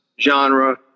genre